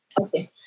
Okay